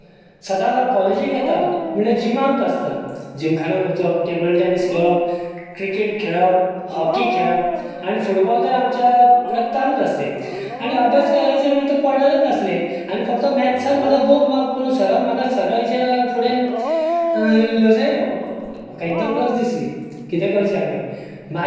सदांच हांव कॉलेजीक येता म्हणल्यार जिमांतूच आसता जिमखान्यांत वचप टेबल टॅनीस खेळप क्रिकेट खेळप हॉकी खेळप आनी फुटबॉल तर आमच्या रक्तांतूच आसलें आनी अभ्यास करायचें पडलेंलेच नासलें आनी फकत मॅथ्सांत म्हाका दोन मार्क्स पडून सरान म्हाका सगल्यांच्या फुड्यांत लजयलो म्हाका एकदम लज दिसली कितें करचें हांवें मागीर